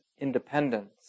independence